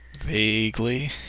Vaguely